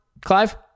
Clive